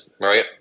right